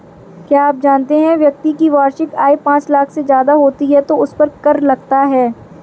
क्या आप जानते है व्यक्ति की वार्षिक आय पांच लाख से ज़्यादा होती है तो उसपर कर लगता है?